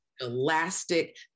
Elastic